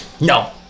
no